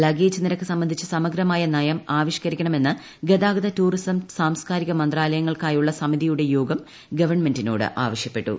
luggage നിരക്ക് സംബന്ധിച്ച് സമഗ്രമായ നയം ആവിഷ്ക്കരിക്കണമെന്ന് ഗതാഗത ടൂറിസം സാംസ്ക്കാരിക മന്ത്രാലയങ്ങൾക്കായുള്ള സമിതിയുടെ യോഗം ഗവൺമെന്റിനോട് ആവശ്യപ്പെട്ടു